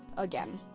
again.